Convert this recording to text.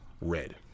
Red